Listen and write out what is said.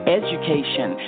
education